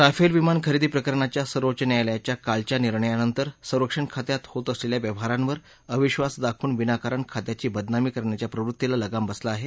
Rafale विमान खरेदी प्रकरणाच्या सर्वोच्च न्यायालयाच्या कालच्या निर्णयानंतर संरक्षण खात्यात होत असलेल्या व्यवहारांवर अविधास दाखवून विनाकारण खात्याची बदनामी करण्याच्या प्रवृत्तीला लगाम बसला आहे